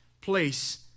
place